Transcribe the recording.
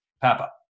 Papa